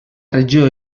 regió